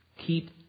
Keep